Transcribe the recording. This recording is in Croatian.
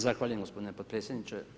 Zahvaljujem gospodine podpredsjedniče.